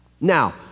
Now